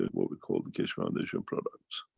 what we call the keshe foundation products.